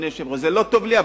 אדוני היושב-ראש: זה לא טוב לי,